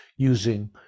using